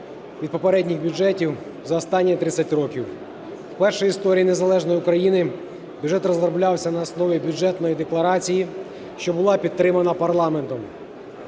від попередніх бюджетів за останні 30 років. Вперше в історії незалежної України бюджет розроблявся на основі Бюджетної декларації, що була підтримана парламентом.